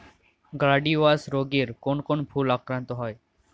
Gladiolus রোগে কোন কোন ফুল আক্রান্ত হয়?